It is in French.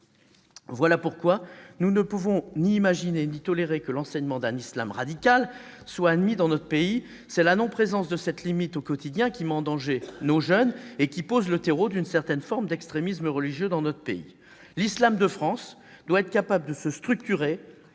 Voilà pourquoi nous ne pouvons ni imaginer ni tolérer que l'enseignement d'un islam radical soit admis dans notre pays. C'est l'absence de cette limite au quotidien qui met en danger nos jeunes et qui crée le terreau d'une certaine forme d'extrémisme religieux dans notre pays. L'islam de France doit être capable de se structurer,